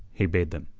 he bade them.